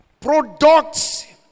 Products